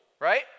Right